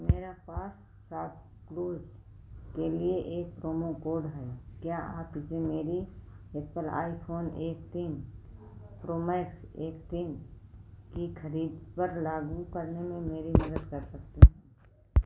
मेरा पास शॉपक्लूज़ के लिए एक प्रोमो कोड है क्या आप इसे मेरी एप्पल आईफोन एक तीन प्रो मैक्स एक तीन की खरीद पर लागू करने में मेरी मदद कर सकते हैं